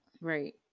Right